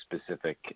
specific